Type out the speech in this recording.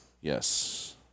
Yes